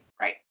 right